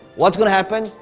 what's gonna happen?